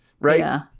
Right